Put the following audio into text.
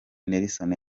nelson